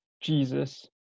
Jesus